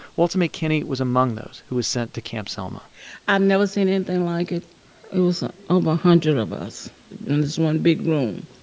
walta mae kennie was among those who was sent to camp selma i'd and never seen anything like it. it was over a hundred of us in this one big room.